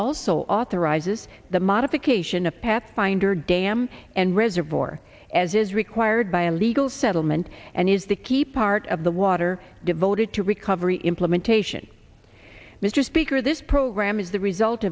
also authorizes the modification of pathfinder dam and reservoir as is required by a legal settlement and is the key part of the water devoted to recovery implementation mr speaker this program is the result